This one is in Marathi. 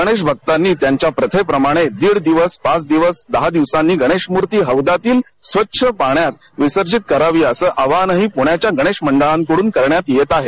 गणेश भक्तांनी त्यांच्या प्रथेप्रमाणे दीड दिवस पाच दिवस दहा दिवसांनी गणेशम्रर्ती हौदातील स्वच्छ पाण्यात विसर्जित करावी असं आवाहनही पुण्याच्या गणेश मंडळांकडून करण्यात येत आहे